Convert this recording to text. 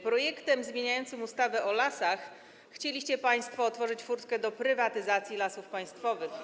Projektem zmieniającym ustawę o lasach chcieliście państwo otworzyć furtkę do prywatyzacji Lasów Państwowych.